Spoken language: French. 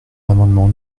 l’amendement